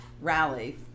Rally